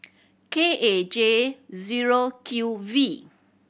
K A J zero Q V